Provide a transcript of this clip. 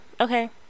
okay